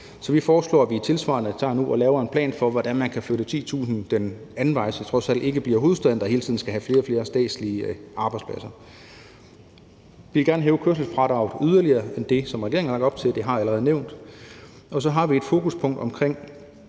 Så vi foreslår, at vi nu tilsvarende laver en plan for, hvordan man kan flytte 10.000 den anden vej, så det trods alt ikke er hovedstaden, der hele tiden skal have flere og flere statslige arbejdspladser. Vi vil gerne hæve kørselsfradraget yderligere i forhold til det, som regeringen har lagt op til. Det har jeg allerede nævnt. Og så har vi et fokuspunkt om,